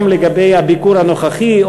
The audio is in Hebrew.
גם לגבי הביקור הנוכחי,